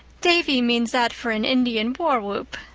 davy means that for an indian war-whoop,